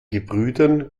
gebrüdern